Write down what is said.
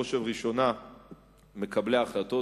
ובראש ובראשונה מקבלי ההחלטות,